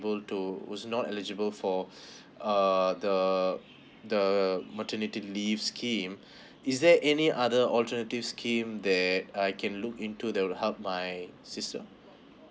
to was not eligible for uh the the maternity leave scheme is there any other alternative scheme that I can look into that will help my sister